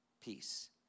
peace